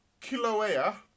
Kilauea